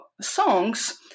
songs